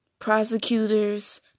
Prosecutors